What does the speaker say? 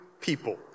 people